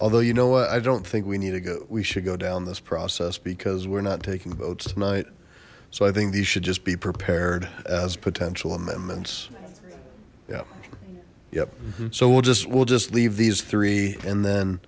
although you know what i don't think we need to go we should go down this process because we're not taking votes tonight so i think these should just be prepared as potential amendments yeah yep so we'll just we'll just leave these three and then